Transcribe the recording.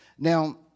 Now